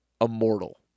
immortal